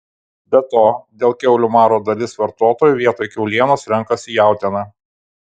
be to dėl kiaulių maro dalis vartotojų vietoj kiaulienos renkasi jautieną